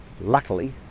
luckily